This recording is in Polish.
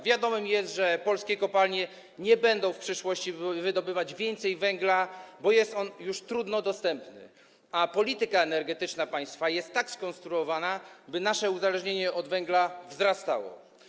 Wiadomo, że polskie kopalnie nie będą w przyszłości wydobywać więcej węgla, bo jest on już trudno dostępny, a polityka energetyczna państwa jest tak skonstruowana, by nasze uzależnienie od węgla wzrastało.